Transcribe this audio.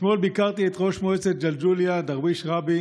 אתמול ביקרתי את ראש מועצת ג'לג'וליה דרוויש ראבי